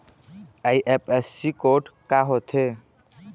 IFSC code का होथे?